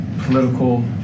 political